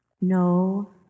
no